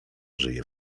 żyje